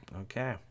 okay